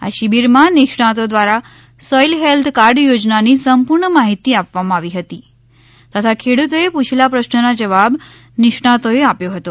આ શિબિરમાં નિષ્ણાતો દ્વારા સોઇલ હેલ્થ કાર્ડ થોજનાની સંપૂર્ણ માહિતી આપવામાં આવી હતી તથા ખેડૂતોએ પુછેલા પ્રશ્નોના જવાબ નિષ્ણાતોએ આપ્યો હતો